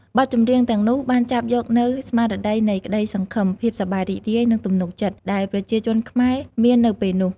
បទចម្រៀងទាំងនោះបានចាប់យកនូវ ស្មារតីនៃក្តីសង្ឃឹម ភាពសប្បាយរីករាយ និងទំនុកចិត្ត ដែលប្រជាជនខ្មែរមាននៅពេលនោះ។